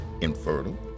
infertile